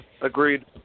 Agreed